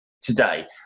today